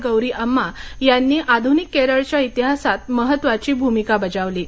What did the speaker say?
गौरी अम्मा यांनी आधुनिक केरळच्याइतिहासात महत्त्वाची भूमिका बजावली आहे